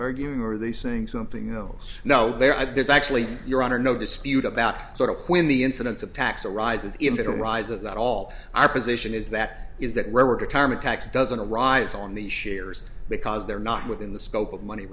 arguing or are they saying something else now there are there's actually you're under no dispute about sort of when the incidence of tax rises if it arises that all i position is that is that rare retirement tax doesn't arise on the shares because they're not within the scope of money